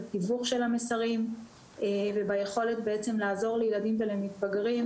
בתיווך של המסרים וביכולת בעצם לעזור לילדים ולמתבגרים